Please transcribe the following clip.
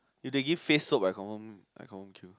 if they give face soap I confirm I confirm queue